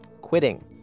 Quitting